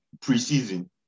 preseason